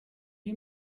you